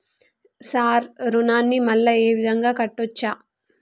Sir రుణాన్ని మళ్ళా ఈ విధంగా కట్టచ్చా?